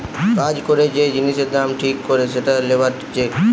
কাজ করে যে জিনিসের দাম ঠিক করে সেটা লেবার চেক